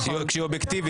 כן כשהיא אובייקטיבית,